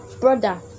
Brother